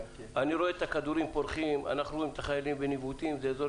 אנחנו רואים את החיילים בניווטים - זה אזור